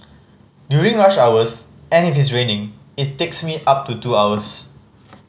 during rush hours and if it's raining it takes me up to two hours